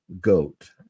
goat